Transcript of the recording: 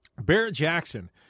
Barrett-Jackson